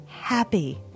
happy